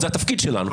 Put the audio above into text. זה התפקיד שלנו.